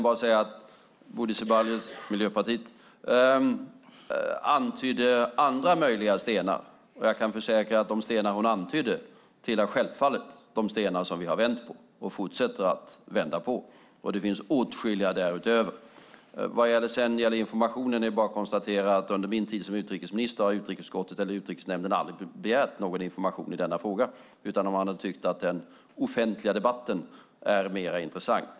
Bodil Ceballos, Miljöpartiet, antydde andra möjliga stenar. Jag kan försäkra att de stenar hon antydde tillhör självfallet de stenar vi har vänt på och fortsätter att vända på. Det finns åtskilliga därutöver. Vad gäller frågan om information kan jag konstatera att under min tid som utrikesminister har utrikesutskottet eller Utrikesnämnden aldrig begärt någon information i frågan. Man har tyckt att den offentliga debatten är mer intressant.